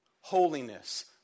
Holiness